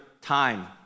time